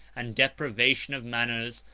and depravation of manners,